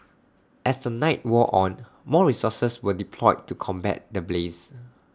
as the night wore on more resources were deployed to combat the blaze